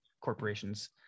corporations